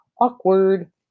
Awkward